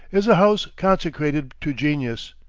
is a house consecrated to genius.